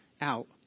out